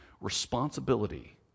responsibility